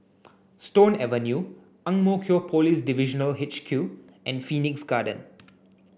Stone Avenue Ang Mo Kio Police Divisional H Q and Phoenix Garden